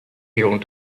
herald